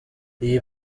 iyi